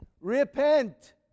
Repent